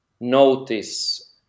notice